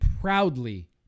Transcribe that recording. proudly